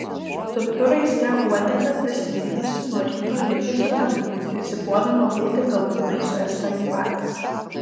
tupiu raiste uodegą prisimynusi nuo ryto ligi sutemų rizikuodama būti galutinai suėsta gyvatės